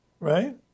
right